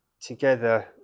together